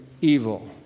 evil